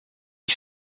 you